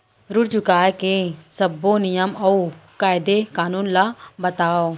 ऋण चुकाए के सब्बो नियम अऊ कायदे कानून ला बतावव